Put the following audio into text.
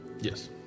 Yes